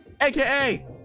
AKA